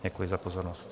Děkuji za pozornost.